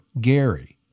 gary